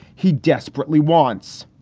he desperately wants.